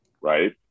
right